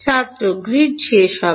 ছাত্র গ্রিড শেষ হবে